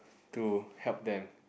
to help them